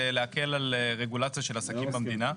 להקל על רגולציה של עסקים במדינה.